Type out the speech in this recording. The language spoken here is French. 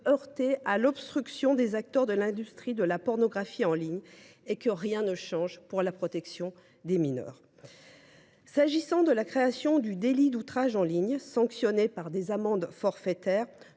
heurter à l’obstruction des acteurs de l’industrie de la pornographie en ligne et que rien ne change pour la protection des mineurs. S’agissant de la création du délit d’outrage en ligne, sanctionné par des amendes forfaitaires,